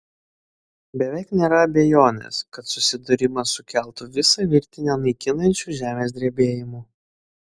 beveik nėra abejonės kad susidūrimas sukeltų visą virtinę naikinančių žemės drebėjimų